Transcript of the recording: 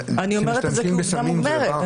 אני אומרת את זה כעובדה מוגמרת.